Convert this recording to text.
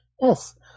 Yes